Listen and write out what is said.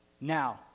Now